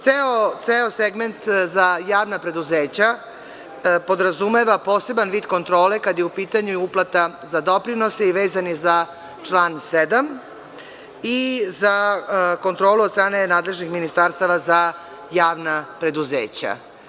Ceo segment za javna preduzeća podrazumeva poseban vid kontrole kada je u pitanju uplata doprinosa i vezan je za član 7. i za kontrolu od strane nadležnih ministarstava za javna preduzeća.